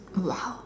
!wow!